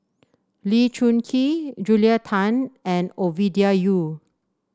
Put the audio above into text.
Lee Choon Kee Julia Tan and Ovidia Yu